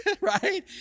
right